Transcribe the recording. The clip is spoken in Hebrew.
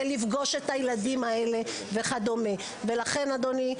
זה לפגוש את הילדים האלה וכדומה ולכן אדוני,